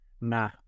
nah